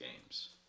games